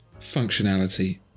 Functionality